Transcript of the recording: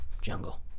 jungle